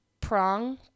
prong